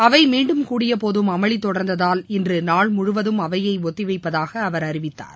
அவை மீண்டும் கூடியபோதும் அமளி தொடர்ந்ததால் இன்று நாள்முழுவதும் அவைய ஒத்திவைப்பதாக அவர் அறிவித்தார்